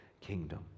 kingdom